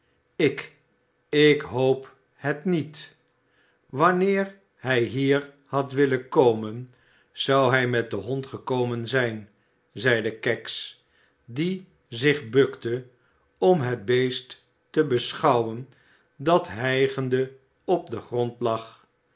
ik ik hoop het niet wanneer hij hier had willen komen zou hij met den hond gekomen zijn zeide kags die zich bukte om het beest te beschouwen dat hijgende op den grond lag